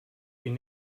ihn